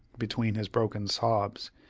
between his broken sobs,